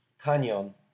Canyon